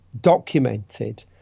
documented